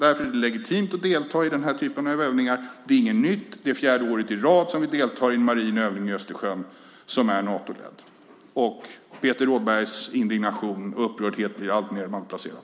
Därför är det legitimt att delta i den här typen av övningar. Det är inget nytt, det är fjärde året i rad som vi deltar i en marin övning i Östersjön som är Natoledd. Peter Rådbergs indignation är alltmer malplacerad.